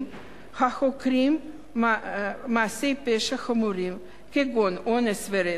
החוקרים מעשי פשעים חמורים כגון אונס או רצח,